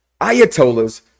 ayatollahs